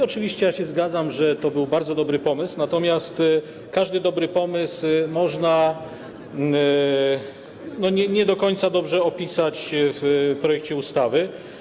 Oczywiście zgadzam się, że to był bardzo dobry pomysł, natomiast każdy dobry pomysł można nie do końca dobrze opisać w projekcie ustawy.